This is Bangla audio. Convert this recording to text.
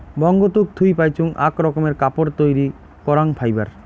বঙ্গতুক থুই পাইচুঙ আক রকমের কাপড় তৈরী করাং ফাইবার